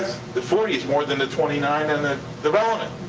the forty s more than the twenty nine in the development.